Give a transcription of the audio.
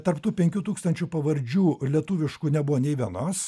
tarp tų penkių tūkstančių pavardžių lietuviškų nebuvo nei vienos